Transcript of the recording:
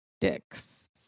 dicks